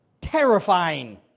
terrifying